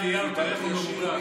מה הוא מוריש לנו?